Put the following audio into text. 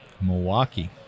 Milwaukee